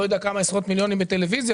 כמה עשרות מיליונים,